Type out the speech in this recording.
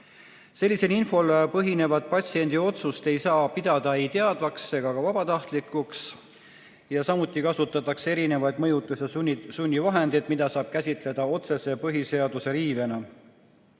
Sellisel infol põhinevat patsiendi otsust ei saa pidada ei teadvaks ega ka vabatahtlikuks. Samuti kasutatakse erinevaid mõjutus- ja sunnivahendeid, mida saab käsitleda otsese põhiseaduse riivena.